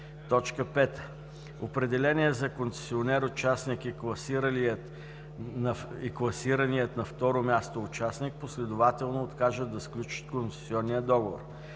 59; 5. определеният за концесионер участник и класираният на второ място участник последователно откажат да сключат концесионния договор;